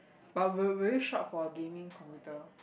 but will will you shop for gaming computer